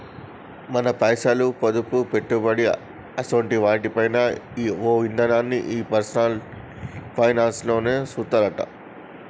మన పైసలు, పొదుపు, పెట్టుబడి అసోంటి వాటి పైన ఓ ఇదనాన్ని ఈ పర్సనల్ ఫైనాన్స్ లోనే సూత్తరట